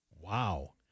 Wow